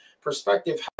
perspective